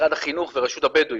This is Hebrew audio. משרד החינוך ורשות הבדואים.